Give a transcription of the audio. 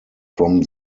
from